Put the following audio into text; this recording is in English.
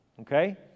Okay